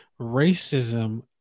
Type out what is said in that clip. racism